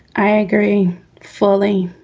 i agree fully